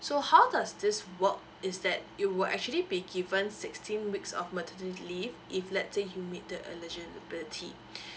so how does this work is that you will actually be given sixteen weeks of maternity leave if let say you meet the eligibility